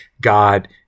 God